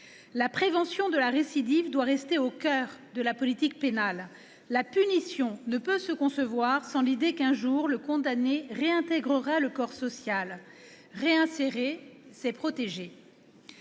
la prévention de la récidive doit rester au coeur de la politique pénale. La punition ne peut se concevoir sans l'idée qu'un jour le condamné réintégrera le corps social. Réinsérer, c'est protéger